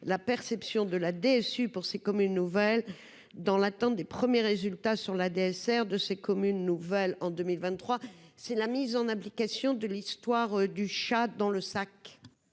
la perception de la DSU pour c'est comme une nouvelle dans l'attente des premiers résultats sur la DSR de ces communes nouvelles en 2023, c'est la mise en application de l'histoire du chat dans le sac.